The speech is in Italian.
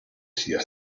sia